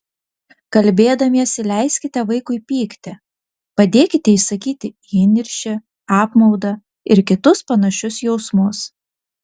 kalbėdamiesi leiskite vaikui pykti padėkite išsakyti įniršį apmaudą ir kitus panašius jausmus